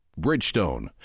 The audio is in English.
Bridgestone